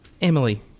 Emily